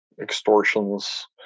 extortions